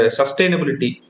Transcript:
sustainability